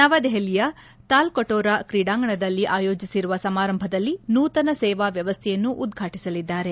ನವದೆಹಲಿಯ ತಾಲ್ಕಟೋರ ಕ್ರೀಡಾಂಗಣದಲ್ಲಿ ಆಯೋಜಿಸಿರುವ ಸಮಾರಂಭದಲ್ಲಿ ನೂತನ ಸೇವಾ ವ್ಯವಸ್ಥೆಯನ್ನು ಉದ್ಘಾಟಿಸಲಿದ್ದಾರೆ